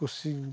ᱠᱩᱥᱤᱧ